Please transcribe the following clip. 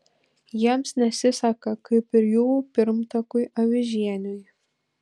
jiems nesiseka kaip ir jų pirmtakui avižieniui